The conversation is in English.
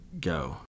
go